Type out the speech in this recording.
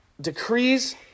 decrees